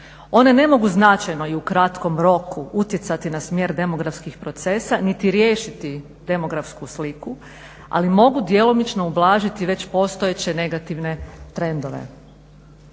One ne mogu značajno i u kratkom roku utjecati na smjer demografskih procesa niti riješiti demografsku sliku, ali mogu djelomično ublažiti već postojeće negativne trendove.